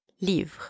livre